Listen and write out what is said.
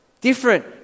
different